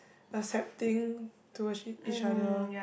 accepting towards each each other